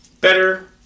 Better